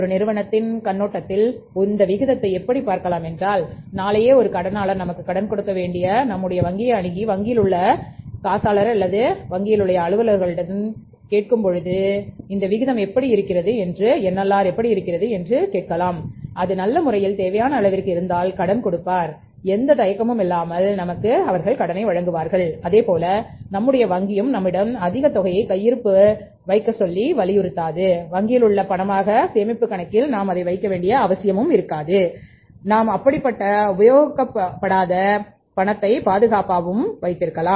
ஒரு நிறுவனத்தின் கண்ணோட்டத்தில் இந்த விகிதத்தை எப்படி பார்க்கலாம் என்றால் நாளையே ஒரு கடனாளர் நமக்கு கடன் கொடுக்க வேண்டி நம்முடைய வங்கியை அணுகி வங்கியில் உள்ள எண்ணிலார் விகிதம் எப்படி இருக்கிறது என்று கேட்கலாம் அது நல்ல முறையில் தேவையான அளவிற்கு இருந்தால் கடன் கொடுப்பார் எந்த தயக்கமும் இல்லாமல் நமக்கு வழங்குவார் அதேபோல நம்முடைய வங்கியும் நம்மிடம் அதிக தொகையை கையிருப்பு வேகமாக அல்லது வங்கியில் உள்ள பணமாக சேமிப்பு கணக்கில் வைத்திருக்க வேண்டும் என்று கூறினால் நாம் அப்படிப்பட்ட உபயோகப்படுத்தாத வைப்பதன் மூலம் பாதுகாப்பு இல்லை என்றோம் கூறலாம்